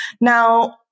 Now